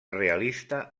realista